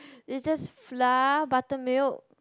is just flour buttermilk